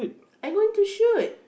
I going to shoot